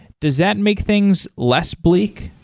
does that make things less bleak?